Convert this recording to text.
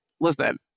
Listen